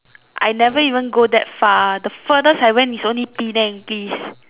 I never even go that far the furthest I went is only Penang please